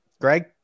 Greg